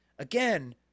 Again